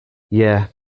yea